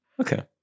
Okay